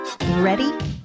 Ready